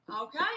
Okay